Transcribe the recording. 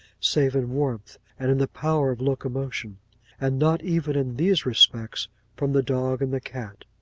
save in warmth, and in the power of locomotion and not even in these respects from the dog and the cat.